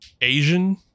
asian